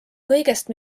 kõigest